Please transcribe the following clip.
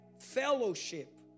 fellowship